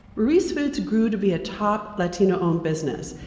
ruiz foods grew to be a top latino-owned business,